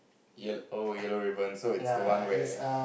yel~ oh Yellow-Ribbon so it's the one where